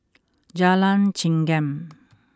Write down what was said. Jalan Chengam